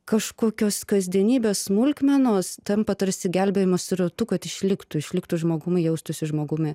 kažkokios kasdienybės smulkmenos tampa tarsi gelbėjimosi ratu kad išliktų išliktų žmogumi jaustųsi žmogumi